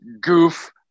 goof